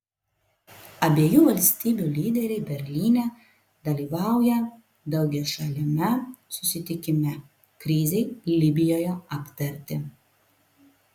abiejų valstybių lyderiai berlyne dalyvauja daugiašaliame susitikime krizei libijoje aptarti